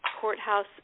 Courthouse